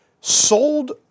sold